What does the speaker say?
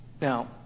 now